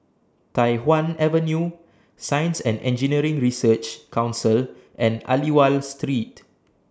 Tai Hwan Avenue Science and Engineering Research Council and Aliwal Street